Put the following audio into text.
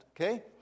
okay